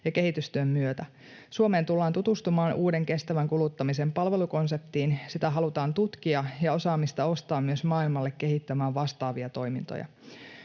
ja kehitystyön myötä. Suomeen tullaan tutustumaan uuden kestävän kuluttamisen palvelukonseptiin, sitä halutaan tutkia ja osaamista ostaa myös maailmalle kehittämään vastaavia toimintoja.